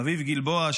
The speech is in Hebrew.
אביב גלבוע,